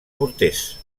morters